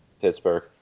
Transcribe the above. Pittsburgh